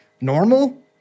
normal